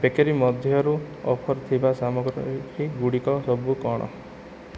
bakery ମଧ୍ୟରୁ offer ଥିବା ସାମଗ୍ରୀ ଗୁଡ଼ିକ ସବୁ କ'ଣ